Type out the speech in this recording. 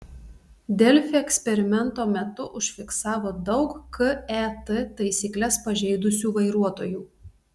delfi eksperimento metu užfiksavo daug ket taisykles pažeidusių vairuotojų